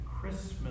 Christmas